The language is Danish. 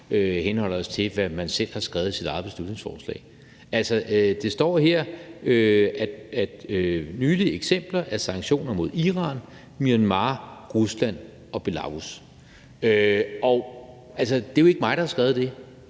henholder os til, hvad man selv har skrevet i sit eget beslutningsforslag. Altså, der står her, at nylige eksempler er sanktioner mod Iran, Myanmar, Rusland og Belarus. Og det er jo ikke mig, der har skrevet det,